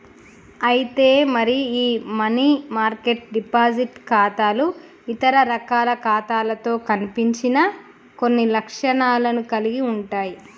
అయితే మరి ఈ మనీ మార్కెట్ డిపాజిట్ ఖాతాలు ఇతర రకాల ఖాతాలతో కనిపించని కొన్ని లక్షణాలను కలిగి ఉంటాయి